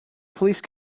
police